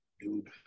dude